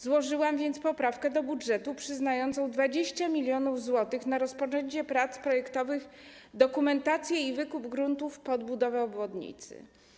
Złożyłam więc poprawkę do budżetu przyznającą 20 mln zł na rozpoczęcie prac projektowych, dokumentację i wykup gruntów pod budowę obwodnicy.